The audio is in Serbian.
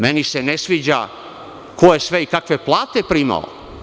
Meni se ne sviđa ko je sve i kakve plate primao.